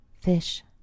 fish